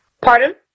pardon